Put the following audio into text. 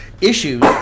issues